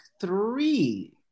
three